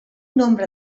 nombre